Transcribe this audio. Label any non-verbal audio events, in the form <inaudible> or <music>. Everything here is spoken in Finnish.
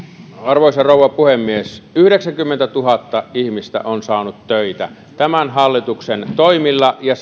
arvoisa rouva puhemies yhdeksänkymmentätuhatta ihmistä on saanut töitä tämän hallituksen toimilla ja <unintelligible>